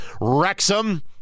Wrexham